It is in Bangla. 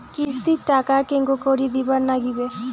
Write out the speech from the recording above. কিস্তির টাকা কেঙ্গকরি দিবার নাগীবে?